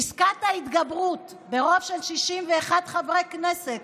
פסקת ההתגברות ברוב של 61 חברי כנסת,